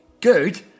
Good